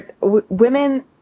Women